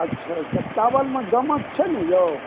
अच्छा अच्छा चावल मे गमक छै ने यौ